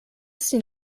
sin